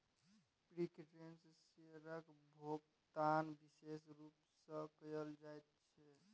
preference शेयरक भोकतान बिशेष रुप सँ कयल जाइत छै